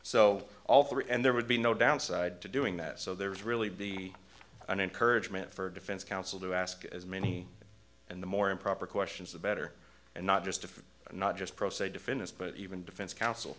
so all three and there would be no downside to doing that so there's really be an encouragement for a defense counsel to ask as many and the more improper questions the better and not just of not just pro se defendants but even defense counsel